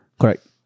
Correct